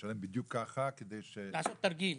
ישלם בדיוק ככה כדי --- לעשות תרגיל,